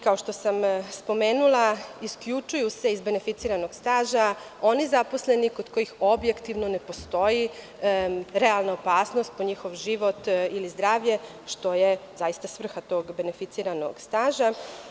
Kao što sam spomenula, isključuju se iz beneficiranog staža oni zaposleni kod kojih objektivno ne postoji realna opasnost po njihov život ili zdravlje, to je zaista svrha tog beneficiranog staža.